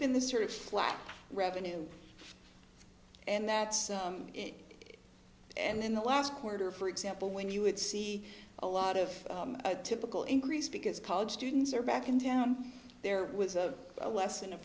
been this sort of flat revenue and that's it and in the last quarter for example when you would see a lot of a typical increase because college students are back in town there was a a less than a